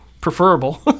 preferable